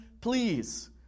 please